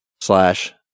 Slash